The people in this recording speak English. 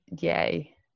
yay